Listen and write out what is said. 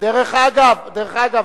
דרך אגב,